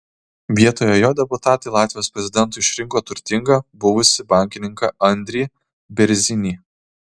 vietoje jo deputatai latvijos prezidentu išrinko turtingą buvusį bankininką andrį bėrzinį